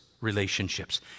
relationships